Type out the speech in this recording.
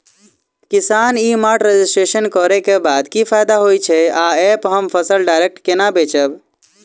किसान ई mart registration करै केँ बाद की फायदा होइ छै आ ऐप हम फसल डायरेक्ट केना बेचब?